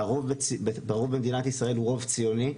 הרוב במדינת ישראל הוא רוב ציוני,